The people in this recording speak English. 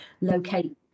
locate